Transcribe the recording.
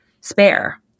spare